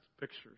pictures